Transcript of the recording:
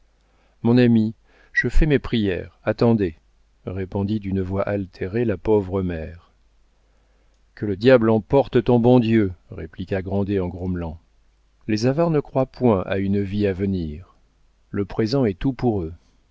mon ami je fais mes prières attendez répondit d'une voix altérée la pauvre mère que le diable emporte ton bon dieu répliqua grandet en grommelant les avares ne croient point à une vie à venir le présent est tout pour eux